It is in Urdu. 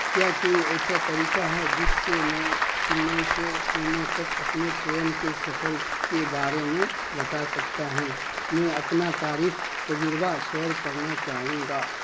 کیا کوئی ایسا طریقہ ہے جس سے میں چنئی سے پونے تک اپنے ٹرین کے سفر کے بارے میں بتا سکتا ہوں میں اپنا تعریف تجربہ شیئر کرنا چاہوں گا